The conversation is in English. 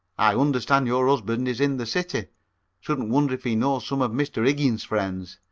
i understand your usband is in the city shouldn't wonder if he knows some of mr. iggins's friends.